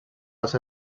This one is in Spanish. las